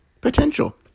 Potential